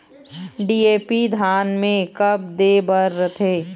DAP धान मे कब दे बर रथे?